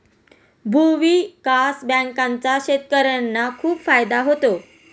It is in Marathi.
भूविकास बँकांचा शेतकर्यांना खूप फायदा होतो